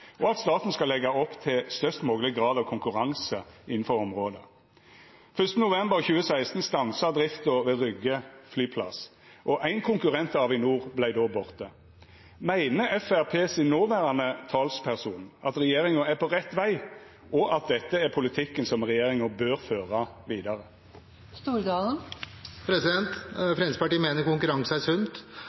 opp til størst mogleg grad av konkurranse innanfor området. Den 1. november 2016 stansa drifta ved Rygge flyplass, og ein konkurrent til Avinor vart då borte. Meiner Framstegspartiets noverande talsperson at regjeringa er på rett veg, og at dette er politikken som regjeringa bør føra vidare? Fremskrittspartiet mener konkurranse er sunt,